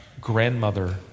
grandmother